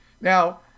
Now